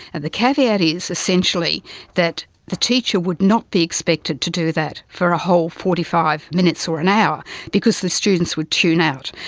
and the caveat is essentially that the teacher would not be expected to do that for a whole forty five minutes or an hour because the students would tune out.